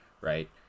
right